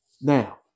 Now